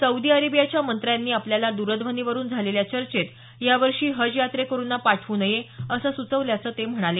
Saudi अरेबियाच्या मंत्र्यांनी आपल्याला दरध्वनीवरून झालेल्या चर्चेत या वर्षी हज यात्रेकरूंना पाठवू नये असं सुचवल्याचं ते म्हणाले